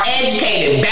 educated